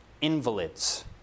invalids